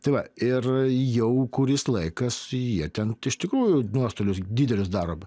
tai va ir jau kuris laikas jie ten iš tikrųjų nuostolius didelius daro